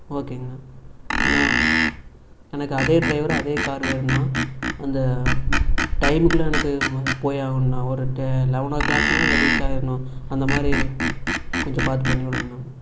ஓகேங்கண்ணா அண்ணா எனக்கு அதே ட்ரைவர் அதே காரு வேணும்ண்ணா அந்த டைமுக்குள்ளே எனக்கு போயாகணும்ணா ஒரு டெ லெவன் ஓ க்ளாக்லாம் அங்கே ரீச் ஆகிடணும் அந்தமாதிரி கொஞ்சம் பார்த்து பண்ணி விடுங்கண்ணா